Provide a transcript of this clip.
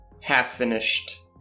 half-finished